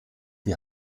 die